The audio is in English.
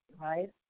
right